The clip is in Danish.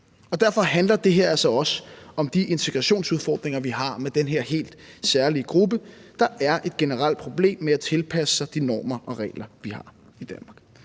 derfor handler det her altså også om de integrationsudfordringer, vi har med den her helt særlige gruppe. Der er et generelt problem med at tilpasse sig de normer og regler, vi har i Danmark,